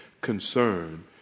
concern